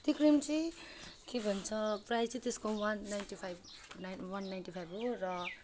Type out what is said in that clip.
त्यो क्रिम चाहिँ के भन्छ प्राइस चाहिँ त्यसको one ninety five nine one ninety five हो र